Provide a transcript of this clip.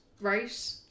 Right